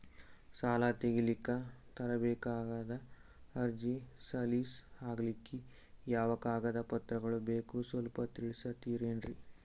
ಸಾಲ ತೆಗಿಲಿಕ್ಕ ತರಬೇಕಾದ ಅರ್ಜಿ ಸಲೀಸ್ ಆಗ್ಲಿಕ್ಕಿ ಯಾವ ಕಾಗದ ಪತ್ರಗಳು ಬೇಕು ಸ್ವಲ್ಪ ತಿಳಿಸತಿರೆನ್ರಿ?